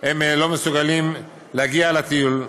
לא מסוגלים להגיע לטיול.